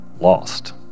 lost